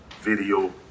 video